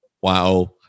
wow